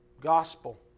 gospel